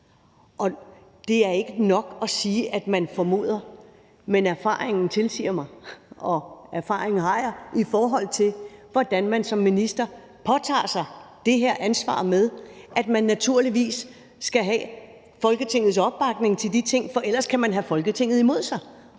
Det er ikke nok at sige, at man formoder. Men erfaringen siger mig det – og erfaring har jeg – i forhold til hvordan man som minister påtager sig det her ansvar med, at man naturligvis skal have Folketingets opbakning til de ting, for ellers kan man have Folketinget imod sig.